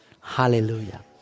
Hallelujah